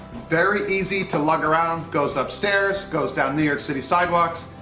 very easy to lug around. goes upstairs. goes down new york city sidewalks.